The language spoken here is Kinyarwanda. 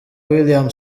william